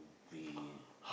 we